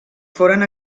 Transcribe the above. foren